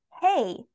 hey